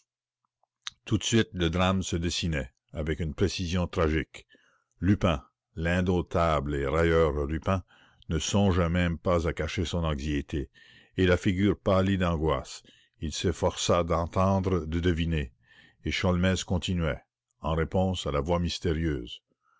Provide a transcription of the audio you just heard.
tout de suite le drame se dessinait avec une précision tragique lupin l'indomptable et railleur lupin ne songeait même pas à cacher son anxiété et la figure pâlie d'angoisse il s'efforçait d'entendre de deviner et sholmès continuait en réponse à la voix mystérieuse